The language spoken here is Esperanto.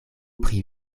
pri